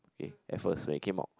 okay at first when it came out